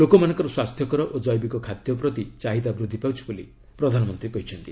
ଲୋକମାନଙ୍କର ସ୍ୱାସ୍ଥ୍ୟକର ଓ କ୍ଜେବିକ ଖାଦ୍ୟ ପ୍ରତି ଚାହିଦା ବୃଦ୍ଧି ପାଉଛି ବୋଲି ପ୍ରଧାନମନ୍ତ୍ରୀ କହିଛନ୍ତି